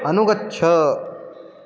अनुगच्छ